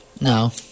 No